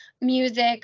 music